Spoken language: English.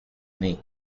name